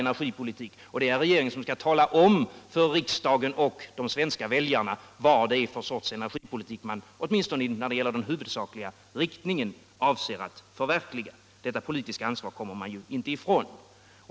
Det är regeringen som skall tala om för riksdagen och de svenska väljarna vilket slags energipolitik — åtminstone när det gäller den huvudsakliga inriktningen — man avser att förverkliga. Detta politiska ansvar kommer man inte ifrån.